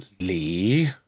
Lee